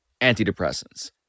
antidepressants